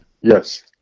Yes